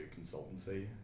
consultancy